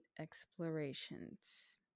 explorations